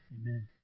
Amen